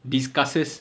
discusses